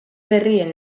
berrien